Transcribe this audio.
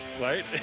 right